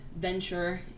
venture